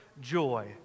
joy